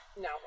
No